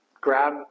grab